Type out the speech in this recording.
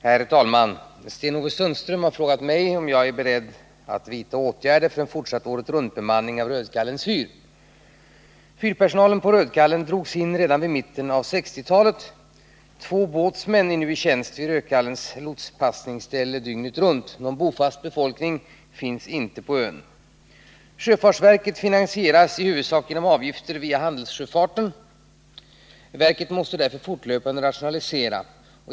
Herr talman! Sten-Ove Sundström har frågat mig om jag är beredd att vidta åtgärder för en fortsatt årentruntbemanning av Rödkallens fyr. Fyrpersonalen på Rödkallen drogs in redan vid mitten av 1960-talet. Två båtsmän är i tjänst vid Rödkallens lotspassningsställe dygnet runt. Någon bofast befolkning finns inte på ön. Sjöfartsverket finansieras i huvudsak genom avgifter via handelssjöfarten. Verket måste därför fortlöpande rationalisera.